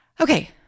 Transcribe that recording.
Okay